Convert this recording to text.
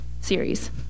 series